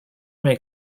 may